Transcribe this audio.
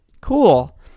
cool